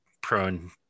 prone